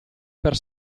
per